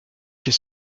chez